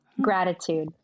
Gratitude